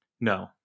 No